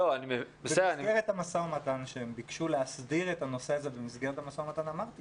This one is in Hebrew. במסגרת המשא-ומתן שהם ביקשו להסדיר אמרתי